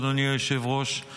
אדוני היושב-ראש,